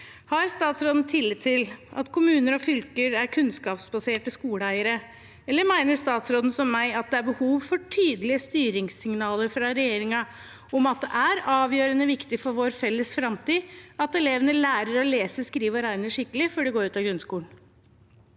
Har statsråden tillit til at kommuner og fylker er kunnskaps baserte skoleeiere, eller mener statsråden som meg, at det er behov for tydelige styringssignaler fra regjeringen om at det er avgjørende viktig for vår felles framtid at elevene lærer å lese, skrive og regne skikkelig før de går ut av grunnskolen?